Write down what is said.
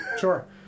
Sure